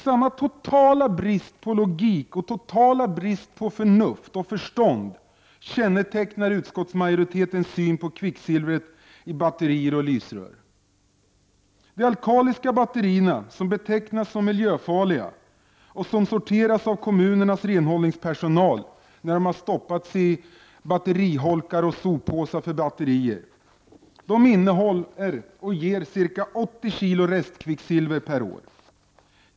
Samma totala brist på logik och totala brist på förnuft och förstånd kännetecknar utskottsmajoritetens syn på kvicksilvret i batterier och i lysrör. De alkaliska batterierna, som betecknas som miljöfarliga och som när de har stoppats i batteriholkar och soppåsar för batterier sorteras av kommunernas renhållningspersonal innehåller och ger ca 80 kg restkvicksilver per år.